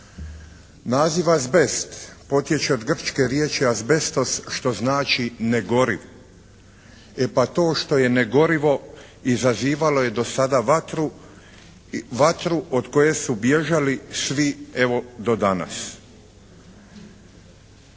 Naziv azbest potječe od grčke riječi azbestos što znači negoriv. E pa to što je negorivo izazivalo je dosada vatru od koje su bježali evo svi do danas.